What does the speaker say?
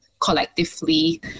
collectively